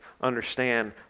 understand